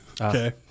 Okay